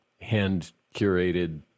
hand-curated